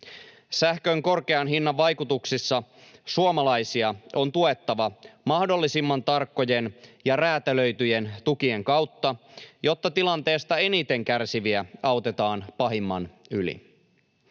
Sähkön korkean hinnan vaikutuksissa suomalaisia on tuettava mahdollisimman tarkkojen ja räätälöityjen tukien kautta, jotta tilanteesta eniten kärsiviä autetaan pahimman yli.